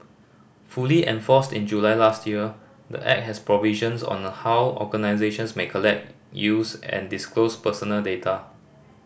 fully enforced in July last year the Act has provisions on how organisations may collect use and disclose personal data